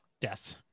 death